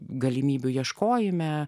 galimybių ieškojime